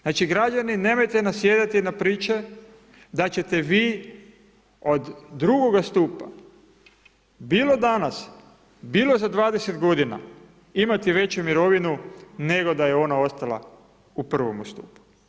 Znači građani nemojte nasjedati na priče da ćete vi od drugoga stupa, bilo danas, bilo za 20 g. imati veću mirovinu, nego da je ona ostala u prvome stupu.